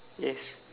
yes